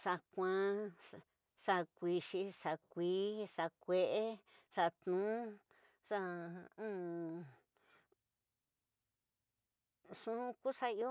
Xa küa, xa kuixi, xa kui, xa kue'e, xa tnu, xa nxu kuxa iyo,